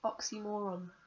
oxymoron